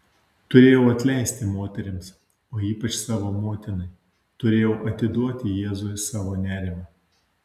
turėjau atleisti moterims o ypač savo motinai turėjau atiduoti jėzui savo nerimą